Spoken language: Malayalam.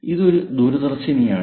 ഇതൊരു ദൂരദർശിനിയാണ്